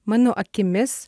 mano akimis